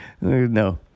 No